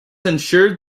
ensured